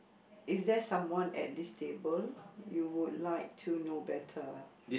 is there someone at this table you would like to know better